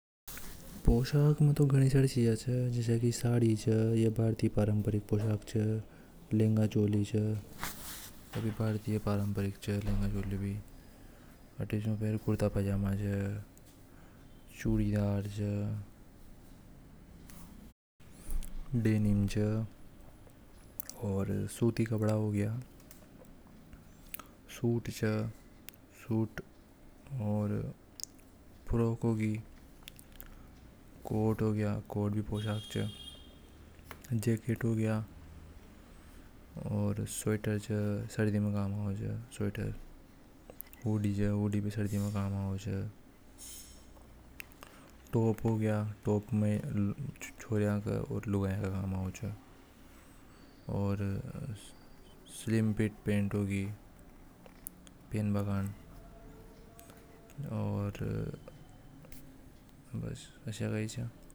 ﻿पोशाक में तो गनी सारी चीजा च जैसे की साड़ी च लेंगे चोली च भारतीय पारंपरिक पोशाक से लहंगा चोली से कभी भारतीय पारंपरिक चलेंगे कुर्ता पजामा चूड़ीदार च। और सूती कपड़ा हो गया सूट जा सूट और फ्रॉक होगी कोर्ट हो गया। कोड भी पोषक च जैकेट हो गया और स्वेटर सर्दी में काम आवे हुंडी च स्वेटर में काम आवे चोरियां में टॉप हो गया। टॉप लुगाया के कम आवे च और स्लिम फिट पैंट होगी पहनना कमजोर बस आशय का ही च।